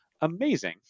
amazing